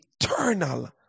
Eternal